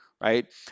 right